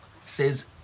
says